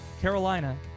Carolina